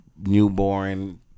Newborn